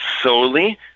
solely